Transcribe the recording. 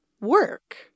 work